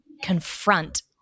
confront